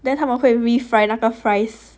then 他们会 re-fry 那个 fries